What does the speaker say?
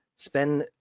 Spend